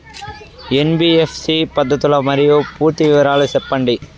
NBFC పద్ధతులు మరియు పూర్తి వివరాలు సెప్పండి?